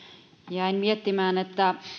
jäin miettimään